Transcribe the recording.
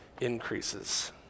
increases